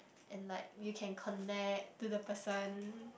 and like you can connect to the person